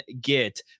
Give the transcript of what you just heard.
get